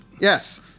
Yes